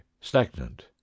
stagnant